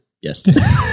yes